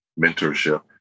mentorship